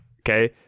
Okay